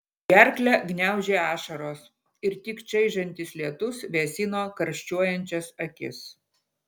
gerklę gniaužė ašaros ir tik čaižantis lietus vėsino karščiuojančias akis